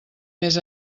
més